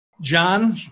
John